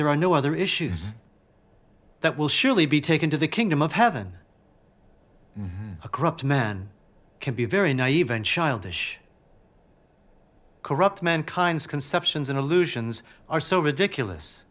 there are no other issues that will surely be taken to the kingdom of heaven a corrupt man can be very naive and childish corrupt mankind's conceptions and illusions are so ridiculous